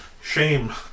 shame